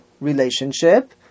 relationship